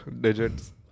digits